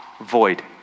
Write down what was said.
Void